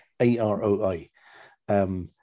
A-R-O-I